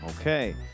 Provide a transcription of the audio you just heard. Okay